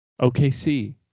OKC